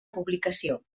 publicació